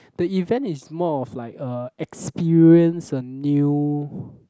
the event is more of like a experience a new